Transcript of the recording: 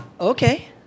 Okay